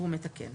והוא מתקן.